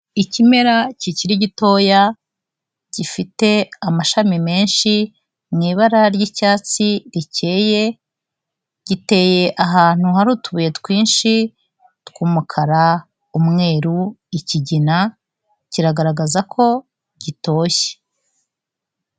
Ikimera kikiri gitoya, gifite amashami menshi mu ibara ry'icyatsi ricyeye, giteye ahantu hari utubuye twinshi tw'umukara, umweru, ikigina, kiragaragaza ko gitoshye.